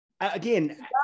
again